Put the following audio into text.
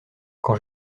quand